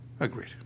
Agreed